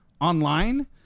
online